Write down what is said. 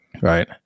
right